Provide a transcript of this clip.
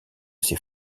ses